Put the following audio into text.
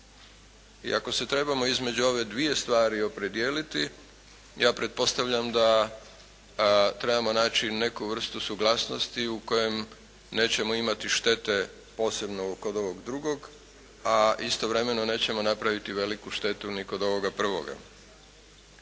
I ako se trebamo između ove dvije stvari opredijeliti ja pretpostavljam da trebamo naći neku vrstu suglasnosti u kojem nećemo imati štete posebno kod ovog drugog, a istovremeno nećemo napraviti veliku štetu ni kod ovoga prvoga.